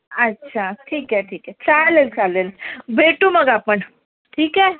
अच्छा ठीक आहे ठीक आहे चालेल चालेल भेटू मग आपण ठीक आहे